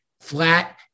flat